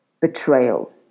betrayal